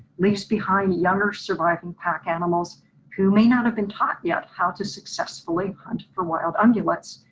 leaves behind younger surviving pack animals who may not have been taught yet how to successfully hunt for wild amulets,